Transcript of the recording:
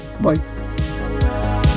bye